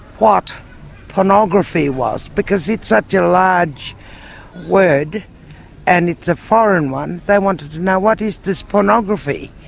what pornography was, because it's such a large word and it's a foreign one, they wanted to know what is this pornography?